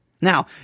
Now